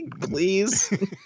please